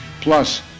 plus